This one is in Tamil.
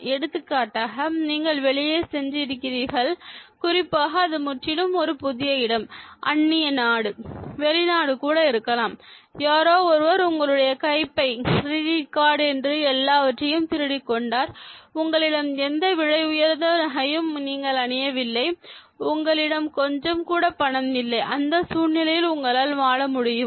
எடுத்துக்காட்டாக நீங்கள் வெளியே சென்று இருக்கிறீர்கள் குறிப்பாக அது முற்றிலும் ஒரு புதிய இடம் அந்நிய நாடு வெளிநாடு கூட இருக்கலாம் யாரோ ஒருவர் உங்களுடைய கைப்பை கிரெடிட் கார்ட் என்று எல்லாவற்றையும் திருடிக் கொண்டார் உங்களிடம் எந்த விலை உயர்ந்த நகையும் நீங்கள் அணியவில்லை உங்களிடம் கொஞ்சம் கூட பணம் இல்லை அந்த சூழ்நிலையில் உங்களால் வாழ முடியுமா